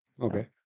Okay